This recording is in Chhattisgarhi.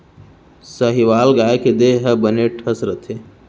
साहीवाल गाय के देहे ह बने ठस रथे